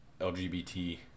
LGBT